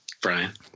Brian